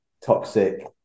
toxic